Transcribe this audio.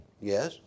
Yes